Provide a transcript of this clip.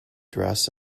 dress